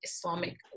Islamic